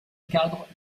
cadre